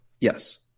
Yes